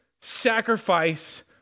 sacrifice